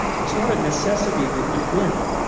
it's not a necessity that you win.